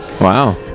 Wow